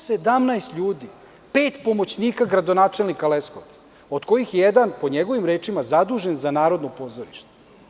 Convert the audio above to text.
Sto sedamnaest ljudi, pet pomoćnika gradonačelnika Leskovca od kojih je jedan, po njegovim rečima, zadužen za Narodno pozorište.